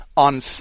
On